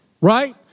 Right